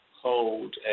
hold